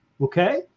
Okay